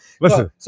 Listen